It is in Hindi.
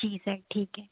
जी सर ठीक है